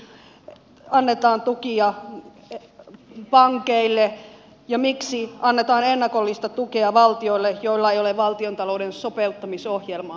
miksi annetaan tukia pankeille ja miksi annetaan ennakollista tukea valtioille joilla ei ole valtiontalouden sopeuttamisohjelmaa